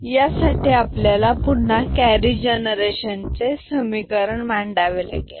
यासाठी आपल्याला carry generation चे समीकरण मांडावे लागेल